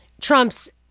Trump's